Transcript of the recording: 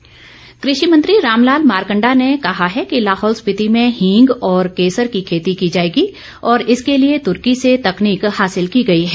मारकंडा कृषिमंत्री रामलाल मारकंडा ने कहा है कि लाहौल स्पिति में हींग और केसर की खेती की जाएगी और इसके लिए तुर्की से तकनीक हासिल की गई है